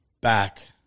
back